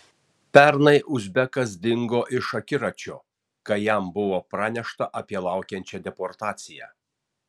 pernai uzbekas dingo iš akiračio kai jam buvo pranešta apie laukiančią deportaciją